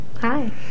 Hi